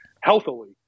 healthily